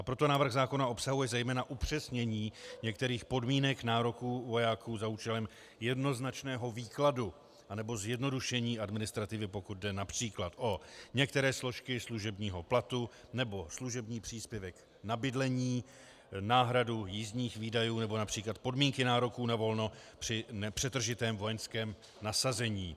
Proto návrh zákona obsahuje zejména upřesnění některých podmínek nároků vojáků za účelem jednoznačného výkladu nebo zjednodušení administrativy, pokud jde např. o některé složky služebního platu nebo služební příspěvek na bydlení, náhradu jízdních výdajů, nebo např. podmínky nároků na volno při nepřetržitém vojenském nasazení.